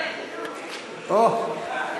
אוה.